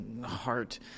heart